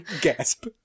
Gasp